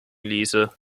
ließe